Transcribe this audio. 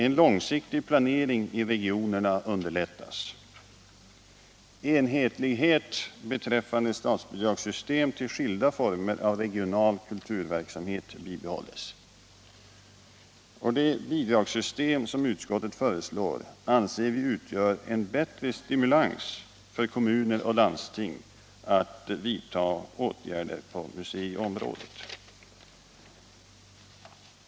En långsiktig planering i regionerna underlättas, enhetlighet beträffande statsbidragssystem för skilda former av regional kulturverksamhet bibehålles och det bidragssystem som utskottet föreslår anser vi utgör en bättre stimulans för kommuner och landsting att vidta åtgärder på museiområdet.